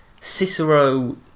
Cicero